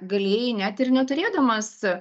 galėjai net ir neturėdamas